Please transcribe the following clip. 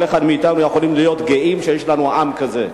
כל אחד מאתנו יכול להיות גאה שיש לנו עם כזה.